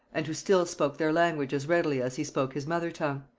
and who still spoke their language as readily as he spoke his mother tongue.